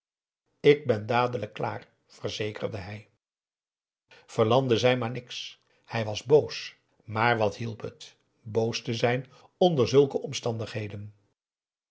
ik ben dadelijk klaar verzekerde hij verlande zei maar niks hij was boos maar wat hielp het boos te zijn onder zulke omstandigheden